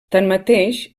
tanmateix